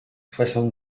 soixante